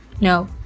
No